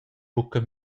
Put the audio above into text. buca